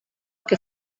que